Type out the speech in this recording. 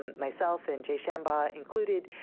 um myself and jay shamba included,